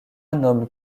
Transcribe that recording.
nomme